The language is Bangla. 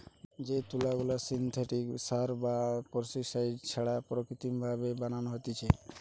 যে তুলা গুলা সিনথেটিক সার বা পেস্টিসাইড ছাড়া প্রাকৃতিক ভাবে বানানো হতিছে